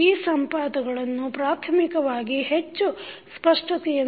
ಈ ಸಂಪಾತಗಳನ್ನುಪ್ರಾಥಮಿಕವಾಗಿ ಹೆಚ್ಚು ಸ್ಪಷ್ಟತೆಯನ್ನು ನೀಡಲು ವಿಸ್ತರಿಸುತ್ತಿವೆ